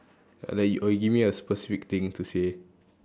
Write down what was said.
like or you give me a specific thing to say